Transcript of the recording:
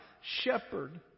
shepherd